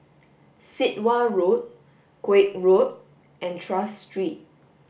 Sit Wah Road Koek Road and Tras Street